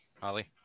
Holly